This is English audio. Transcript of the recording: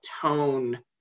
tone